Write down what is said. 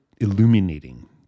illuminating